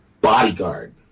Bodyguard